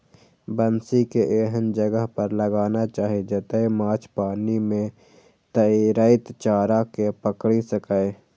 बंसी कें एहन जगह पर लगाना चाही, जतय माछ पानि मे तैरैत चारा कें पकड़ि सकय